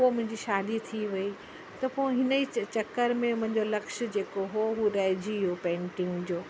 पोइ मुंहिंजी शादी थी वई त पोइ हिन ई चकर में मुंहिंजो लक्ष्य जेको हुओ उहो रहिजी वियो पेंटिंग जो